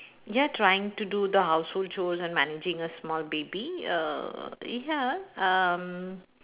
ya trying to do the household chores and managing a small baby err ya um